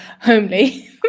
homely